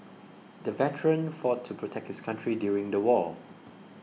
the veteran fought to protect his country during the war